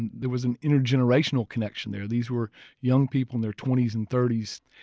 and there was an intergenerational connection there these were young people in their twenty s and thirty so